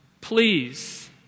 please